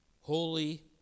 Holy